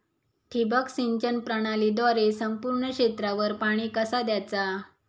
ठिबक सिंचन प्रणालीद्वारे संपूर्ण क्षेत्रावर पाणी कसा दयाचा?